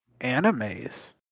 animes